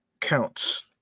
counts